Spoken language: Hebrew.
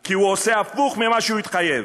כי הוא עושה הפוך ממה שהוא התחייב.